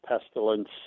pestilence